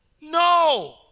No